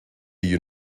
you